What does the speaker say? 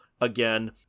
again